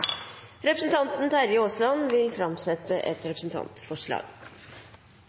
Terje Aasland vil framsette et representantforslag.